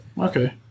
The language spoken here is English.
Okay